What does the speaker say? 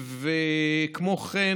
כמו כן,